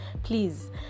Please